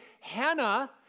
Hannah